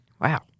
Wow